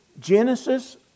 Genesis